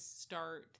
start